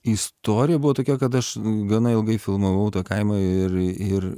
istorija buvo tokia kad aš gana ilgai filmavau tą kaimą ir ir